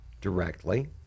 directly